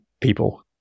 people